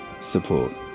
support